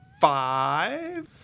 Five